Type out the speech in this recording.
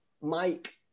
Mike